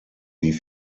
wie